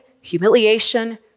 humiliation